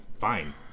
fine